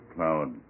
Cloud